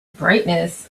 brightness